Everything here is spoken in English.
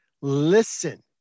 Listen